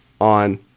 on